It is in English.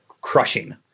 crushing